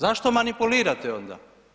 Zašto manipulirate onda?